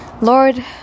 Lord